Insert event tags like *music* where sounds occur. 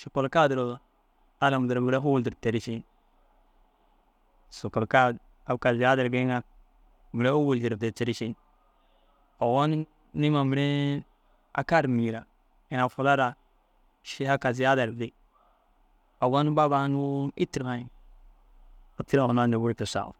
šokolka duro alom duro mire ôwel dir terii cii. Šokolka tabka ziyaadar geeyiŋa mire ôwel dir terii cii. Ogon niĩma mire aka ru *unintelligible* ina fulura šiša ka ziyaada ru dii. Ogon bab ai unnu itir ŋa ni itira hunaa ni buru cussa.